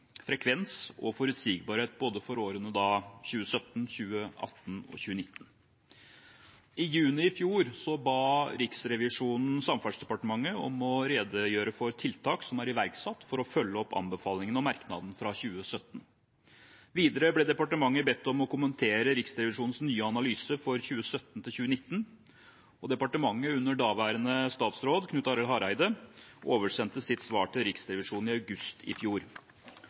frekvens og forutsigbarhet, både for årene 2017, 2018 og 2019. I juni i fjor ba Riksrevisjonen Samferdselsdepartementet om å redegjøre for tiltak som er iverksatt for å følge opp anbefalingene og merknadene fra 2017. Videre ble departementet bedt om å kommentere Riksrevisjonens nye analyser for 2017–2019, og departementet, under daværende statsråd Knut Arild Hareide, oversendte sitt svar til Riksrevisjonen i august i fjor.